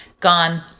Gone